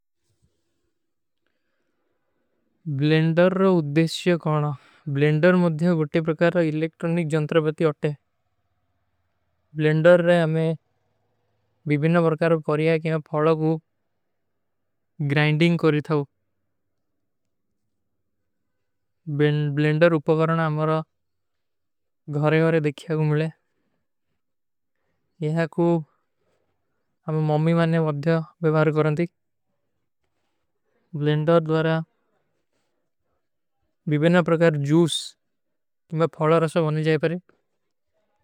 ବ୍ଲେଂଡର ରୋ ଉଦ୍ଧେଶ୍ଯ କରନା, ବ୍ଲେଂଡର ମେଂ ମୁଝେ ବୁଟେ ପ୍ରକାର ରୋ ଇଲେକ୍ଟ୍ରୋନିକ ଜଂତର ବତୀ ଅଟେ। ବ୍ଲେଂଡର ରେ ଆମେ ଭୀବୀନା ପରକାର କରିଯା ହୈ କି ଆମେ ଫଲୋ କୋ ଗ୍ରାଇଂଡିଂଗ କରୀ ଥାଓ। ବ୍ଲେଂଡର ଉପଵରନା ଆମାରା ଘରେ ଔରେ ଦିଖ୍ଯାଗୋ ମିଲେ। ଯହାଁ କୋ ଆମେ ମୌମୀ ମାନେ ଵଧ୍ଯା ଵିଭାର କରନତୀ। ବ୍ଲେଂଡର ଦ୍ଵାରା ଭୀବୀନା ପ୍ରକାର ଜୂସ କିମା ଫଲୋ ରସା ଵନଲ ଜାଯେ ପରୀ।